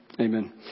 Amen